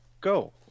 Go